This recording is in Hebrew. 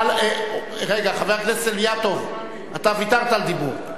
חבר הכנסת אילטוב,